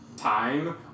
Time